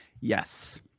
Yes